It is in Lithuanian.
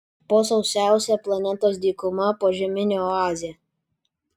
po sausiausia planetos dykuma požeminė oazė